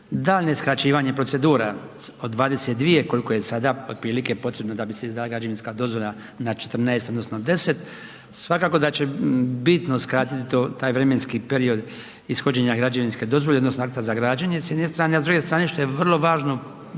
daljnje skraćivanje procedura od 22 koliko je sada otprilike potrebno da bi se izdala građevinska dozvola na 14 odnosno 10 svakako da će bitno skratiti taj vremenski period ishođenja građevinske dozvole odnosno akta za građenje s jedne strane, a s druge strane što je vrlo važno